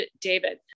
David